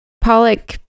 Pollock